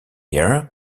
year